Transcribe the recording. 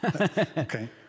okay